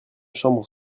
chambre